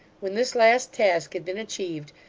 when this last task had been achieved,